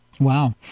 Wow